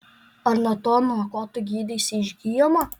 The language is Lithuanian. ar nuo to nuo ko tu gydeisi išgyjama